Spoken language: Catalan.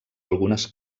algunes